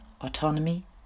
autonomy